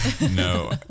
No